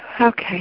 Okay